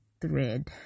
thread